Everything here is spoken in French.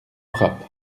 frappe